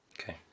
Okay